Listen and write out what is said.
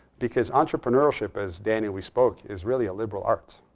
because entrepreneurship, as danny, we spoke, is really a liberal art.